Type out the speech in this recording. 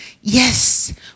Yes